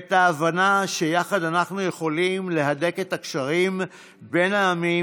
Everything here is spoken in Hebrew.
ואת ההבנה שיחד אנחנו יכולים להדק את הקשרים בין העמים